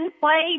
play